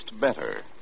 better